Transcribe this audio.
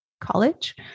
college